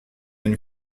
une